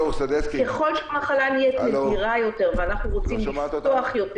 ככל שהמחלה נהיית נדירה יותר ואנחנו רוצים לפתוח יותר